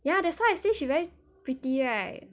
ya that's why I say she very pretty right